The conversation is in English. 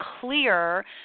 clear